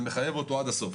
זה מחייב אותו עד הסוף.